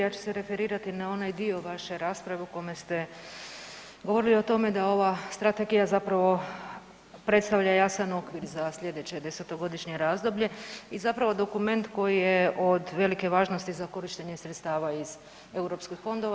Ja ću se referirati na onaj dio vaše rasprave u kome ste govorili o tome da ova strategija zapravo predstavlja jasan okvir za sljedeće desetogodišnje razdoblje i zapravo dokument koji je od velike važnosti za korištenje sredstava iz europskih fondova.